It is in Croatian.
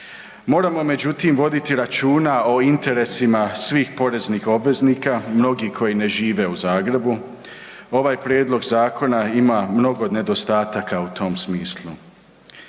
Moramo međutim voditi računa o interesima svih poreznih obveznika, mnogi koji ne žive u Zagrebu, ovaj prijedlog zakona ima mnogo nedostataka u tom smislu.